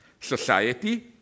Society